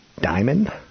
diamond